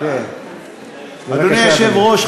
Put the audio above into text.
אדוני היושב-ראש,